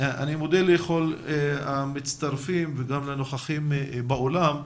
אני מודה לכל המצטרפים, וגם לנוכחים באולם.